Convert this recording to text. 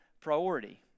priority